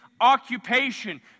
occupation